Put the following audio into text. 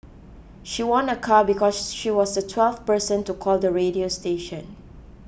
she won a car because she was the twelfth person to call the radio station